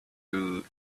through